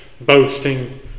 boasting